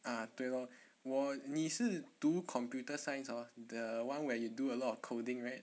ah 对 lor 我你是读 computer science hor the one where you do a lot of coding right